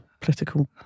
political